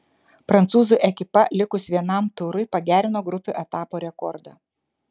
prancūzų ekipa likus vienam turui pagerino grupių etapo rekordą